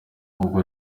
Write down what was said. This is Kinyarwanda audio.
ubwo